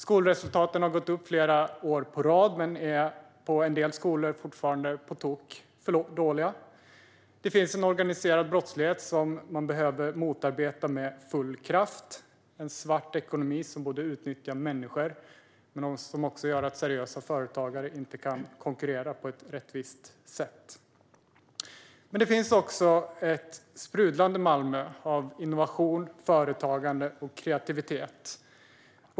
Skolresultaten har gått upp flera år i rad men är på en del skolor fortfarande på tok för dåliga. Det finns en organiserad brottslighet som man behöver motarbeta med full kraft, en svart ekonomi som utnyttjar människor och som också gör att seriösa företagare inte kan konkurrera på rättvisa villkor. Det finns också ett Malmö sprudlande av innovation, företagande och kreativitet.